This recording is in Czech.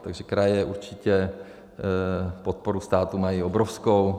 Takže kraje určitě podporu státu mají obrovskou.